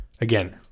Again